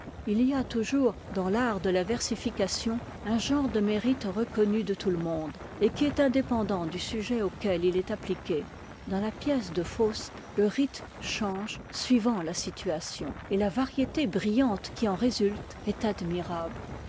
il y a toujours dans l'art de la versification un genre de mérite reconnu de tout le monde et qui est indépendant du sujet auquel il est appliqué dans la pièce de faust le rhythme change suivant la situation et la variété brillante qui en résulte est admirable